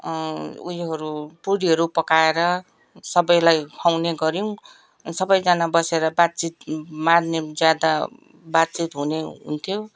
ऊ योहरू पुरीहरू पकाएर सबैलाई खुवाउने गर्यौँ सबैजना बसेर बातचित मार्ने ज्यादा बातचित हुने हुन्थ्यो